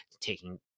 taking